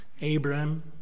Abraham